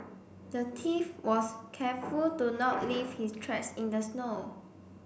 the thief was careful to not leave his tracks in the snow